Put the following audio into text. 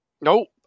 Nope